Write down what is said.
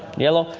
yellow.